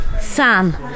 Sam